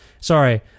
sorry